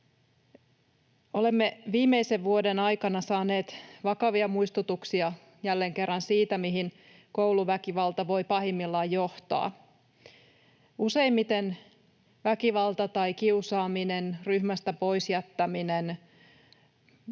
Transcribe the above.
Olemme viimeisen vuoden aikana saaneet jälleen kerran vakavia muistutuksia siitä, mihin kouluväkivalta voi pahimmillaan johtaa. Useimmiten väkivalta tai kiusaaminen, ryhmästä pois jättäminen,